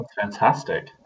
fantastic